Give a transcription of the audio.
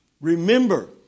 Remember